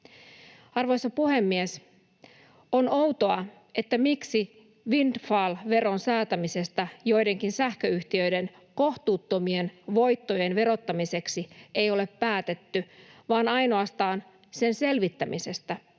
Arvoisa puhemies! On outoa, miksi windfall-veron säätämisestä joidenkin sähköyhtiöiden kohtuuttomien voittojen verottamiseksi ei ole päätetty vaan ainoastaan sen selvittämisestä on päätetty,